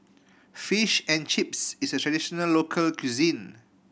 fish and Chips is a traditional local cuisine